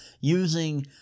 using